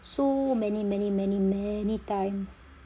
so many many many many times